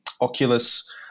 Oculus